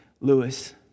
Lewis